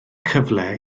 cyfle